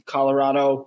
Colorado